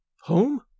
Home